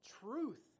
Truth